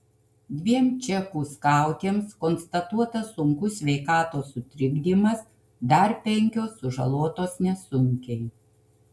dviem čekų skautėms konstatuotas sunkus sveikatos sutrikdymas dar penkios sužalotos nesunkiai